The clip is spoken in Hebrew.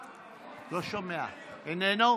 אינו נוכח,